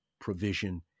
provision